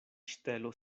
ŝtelo